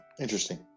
interesting